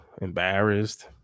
embarrassed